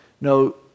no